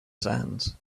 sands